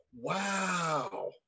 Wow